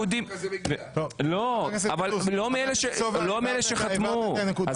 חבר הכנסת סובה, הבהרת את הנקודה.